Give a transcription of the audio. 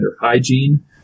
hygiene